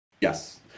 Yes